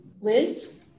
Liz